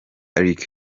rick